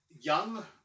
young